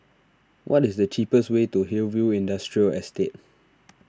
what is the cheapest way to Hillview Industrial Estate